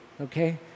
Okay